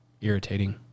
Irritating